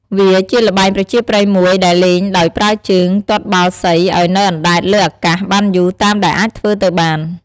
វាជាល្បែងប្រជាប្រិយមួយដែលលេងដោយប្រើជើងទាត់បាល់សីឲ្យនៅអណ្ដែតលើអាកាសបានយូរតាមដែលអាចធ្វើទៅបាន។